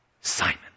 Simon